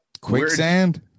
quicksand